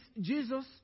Jesus